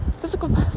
Physical